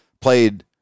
played